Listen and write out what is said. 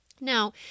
Now